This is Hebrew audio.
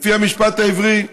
לפי המשפט העברי,